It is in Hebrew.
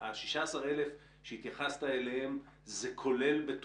ה-16,000 שהתייחסת אליהם כוללים גם את